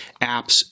apps